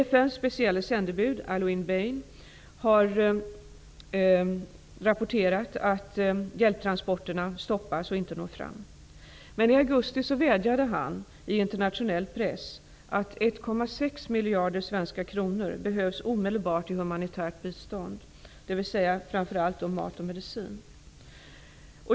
FN:s specielle sändebud, Alouine Beye, har rapporterat att hjälptransporterna stoppas och därför inte når fram. Men i augusti vädjade han i internationell press om 1,6 miljarder kronor för omedelbart humanitärt bistånd, dvs. framför allt mat och medicin.